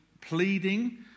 pleading